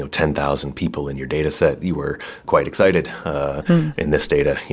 ten thousand people in your data set, you were quite excited. in this data,